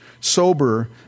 Sober